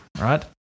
right